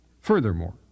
Furthermore